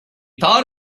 thought